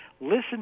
Listen